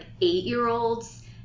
eight-year-olds